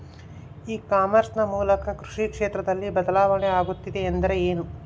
E commerce ನ ಮೂಲಕ ಕೃಷಿ ಕ್ಷೇತ್ರದಲ್ಲಿ ಬದಲಾವಣೆ ಆಗುತ್ತಿದೆ ಎಂದರೆ ಏನು?